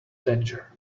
danger